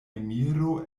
emiro